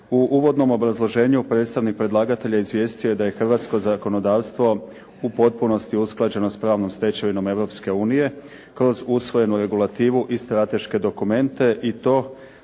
U uvodnom obrazloženju predstavnik predlagatelja izvijestio je da je hrvatsko zakonodavstvo u potpunosti usklađeno s pravnom stečevinom Europske unije kroz usvojenu regulativu i strateške dokumente i to